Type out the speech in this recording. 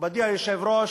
היושב-ראש,